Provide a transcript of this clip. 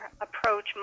approach